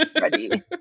ready